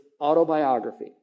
autobiography